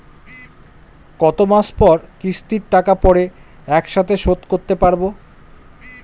কত মাস পর কিস্তির টাকা পড়ে একসাথে শোধ করতে পারবো?